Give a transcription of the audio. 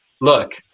look